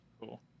cool